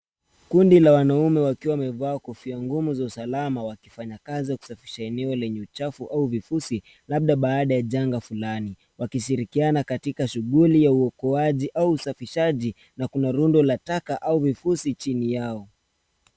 Kundi la wanaume wakiwa wamevaa kofia ngumu za usalama wakifanya kazi ya kusafisha eneo lenye uchafu au vifusi, labda baada ya janga fulani. Wakishirikiana katika shughuli ya uokoaji au usafishaji na kuna rundo la taka au vifusi chini yao.